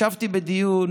ישבתי בדיון